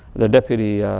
the deputy